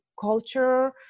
culture